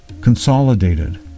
consolidated